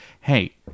hey